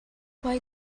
why